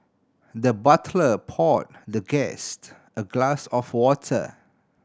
the butler poured the guest a glass of water